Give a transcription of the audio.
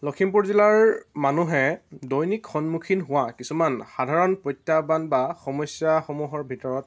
লখিমপুৰ জিলাৰ মানুহে দৈনিক সন্মুখীন হোৱা কিছুমান সাধাৰণ প্ৰত্যাহ্বান বা সমস্যাসমূহৰ ভিতৰত